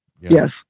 Yes